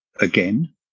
again